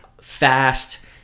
Fast